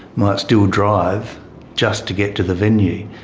might still drive just to get to the venue.